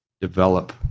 develop